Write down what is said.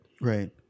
right